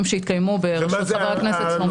שהתקיימו בראשות חבר הכנסת סלומינסקי.